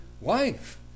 wife